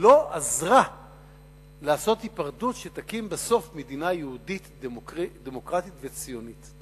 שלא עזרה לעשות היפרדות שתקים בסוף מדינה יהודית דמוקרטית וציונית.